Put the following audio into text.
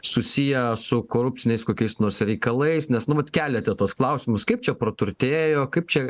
susiję su korupciniais kokiais nors reikalais nes nu vat keliate tuos klausimus kaip čia praturtėjo kaip čia